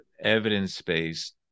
evidence-based